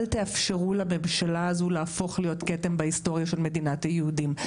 אל תאפשרו לממשלה הזו להפוך להיות כתם בהיסטוריה של מדינת היהודים,